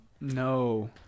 no